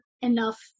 enough